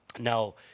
Now